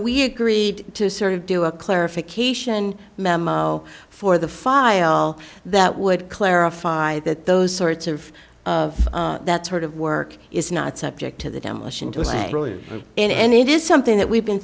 we agreed to sort of do a clarification memo for the file that would clarify that those sorts of of that sort of work is not subject to the demolition to it and it is something that we've been